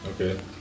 Okay